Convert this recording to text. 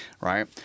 right